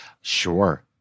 Sure